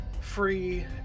free